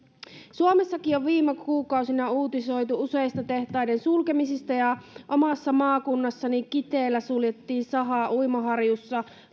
suomessakin on viime kuukausina uutisoitu useista tehtaiden sulkemisista ja omassa maakunnassani suljettiin saha kiteellä uimaharjussa